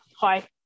Hi